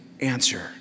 answer